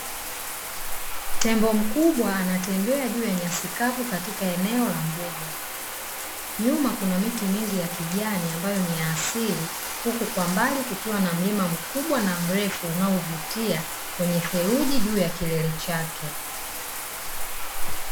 Tembo mkubwa anatebea juu ya nyasi kavu katika eneo la mbuga, nyuma kuna miti mingi ya kijani ambayo ni ya asili huku kwa mbali kukiwa na mlima mkubwa na mrefu unaovutia wenye theluji juu ya kilele chake.